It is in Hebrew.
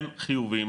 הם חיוביים.